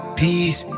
peace